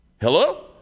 Hello